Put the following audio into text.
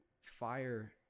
fire